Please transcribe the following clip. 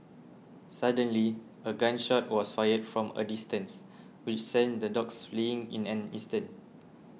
suddenly a gun shot was fired from a distance which sent the dogs fleeing in an instant